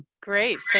great,